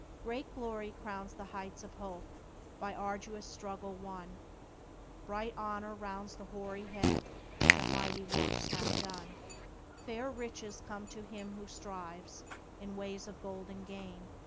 great glory crowns the heights of hope by arduous struggle won bright honor rounds the hoary head that mighty works hath done fair riches come to him who strives in ways of golden gain.